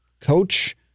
Coach